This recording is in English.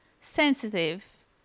sensitive